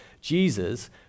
Jesus